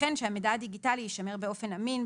וכן שהמידע הדיגיטלי יישמר באופן אמין,